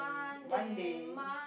Monday